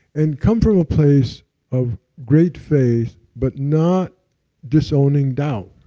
and come from a place of great faith, but not disowning doubt.